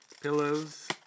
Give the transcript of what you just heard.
pillows